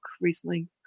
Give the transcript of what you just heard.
recently